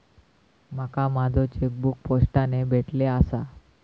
माका माझो चेकबुक पोस्टाने भेटले आसा